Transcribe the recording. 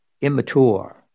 immature